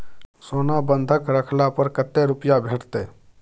सोना बंधक रखला पर कत्ते रुपिया भेटतै?